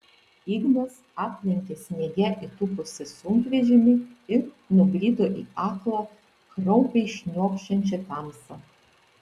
ignas aplenkė sniege įtūpusį sunkvežimį ir nubrido į aklą kraupiai šniokščiančią tamsą